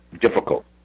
difficult